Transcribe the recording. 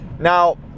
Now